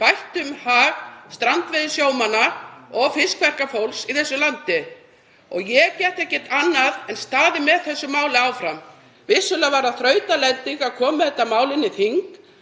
bættum hag strandveiðisjómanna og fiskverkafólks í þessu landi og ég get ekki annað en staðið með þessu máli áfram. Vissulega var það þrautalending að koma með þetta mál inn í þing